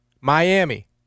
Miami